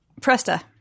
Presta